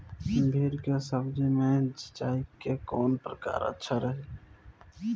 भिंडी के सब्जी मे सिचाई के कौन प्रकार अच्छा रही?